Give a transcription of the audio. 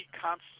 Constant